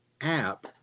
app